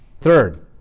third